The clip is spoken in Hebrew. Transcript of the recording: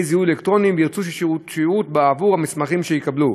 זיהוי אלקטרוניים וירצו שירות בעבור המסמכים שיקבלו.